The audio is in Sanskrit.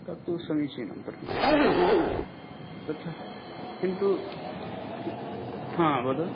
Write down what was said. तत्तु समीचीनं प्रतीयते तथा किन्तु हा वद